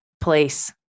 place